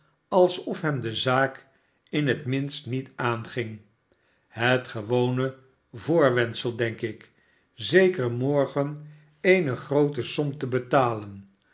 alsof hem de zaak in het minst niet aanging het gewone voorwendsel denk ik zeker morgen eene groote som te betalen